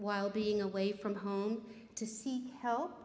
while being away from home to see help